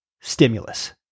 STIMULUS